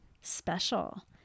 special